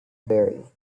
vary